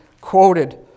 quoted